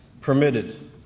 permitted